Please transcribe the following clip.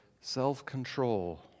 self-control